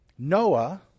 Noah